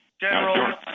General